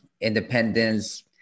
independence